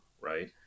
right